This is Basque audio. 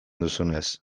duzunez